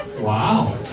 Wow